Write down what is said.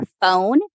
phone